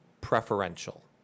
preferential